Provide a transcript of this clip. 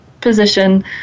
position